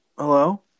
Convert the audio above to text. Hello